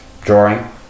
Drawing